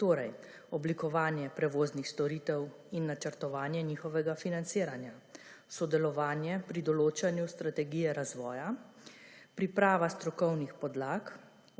torej oblikovanje prevoznih storitev in načrtovanje njihovega financiranja, sodelovanje pri določanju strategije razvoja, priprava strokovnih podlag,